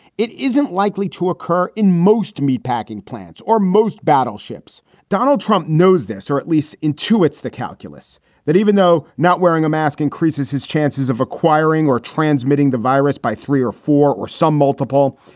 it isn't likely to occur in most meat packing plants or most battleships donald trump knows this, or at least intuits the calculus that even though not wearing a mask increases his chances of acquiring or transmitting the virus by three or four or some multiple,